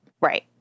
Right